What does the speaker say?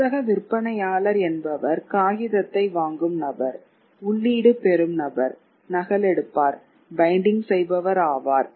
புத்தக விற்பனையாளர் என்பவர் காகிதத்தை வாங்கும் நபர் உள்ளீடு பெறும் நபர் நகலெடுப்பார் பைண்டிங் செய்பவர் ஆவார்